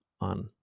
on